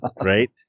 Right